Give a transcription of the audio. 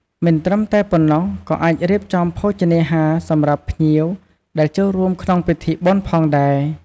មិនត្រឹមតែប៉ុណ្ណោះក៏អាចរៀបចំភោជនាហារសម្រាប់ភ្ញៀវដែលចូលរួមក្នុងពិធីបុណ្យផងដែរ។